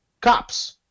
Cops